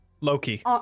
Loki